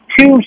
Two